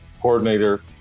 coordinator